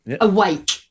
awake